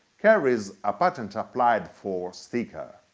carries a patent applied for sticker.